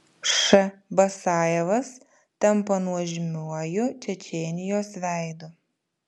š basajevas tampa nuožmiuoju čečėnijos veidu